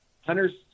hunters